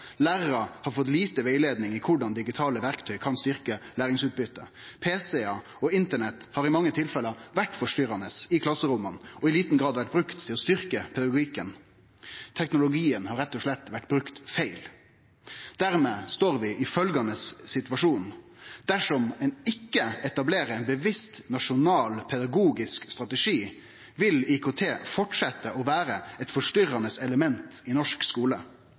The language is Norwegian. Lærarar har fått lite rettleiing i korleis digitale verktøy kan styrkje læringsutbyttet. Pc-ar og Internett har i mange tilfelle vore forstyrrande i klasseromma og i liten grad vore brukte til å styrkje pedagogikken. Teknologien har rett og slett vore brukt feil. Dermed står vi i følgjande situasjon: Dersom ein ikkje etablerer ein bevisst nasjonal pedagogisk strategi, vil IKT fortsetje å vere eit forstyrrande element i norsk